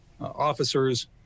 officers